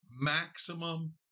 maximum